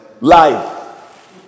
life